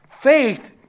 Faith